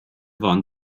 waren